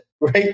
Right